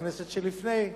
בכנסת שלפני.